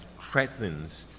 threatens